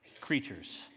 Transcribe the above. creatures